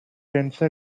tensor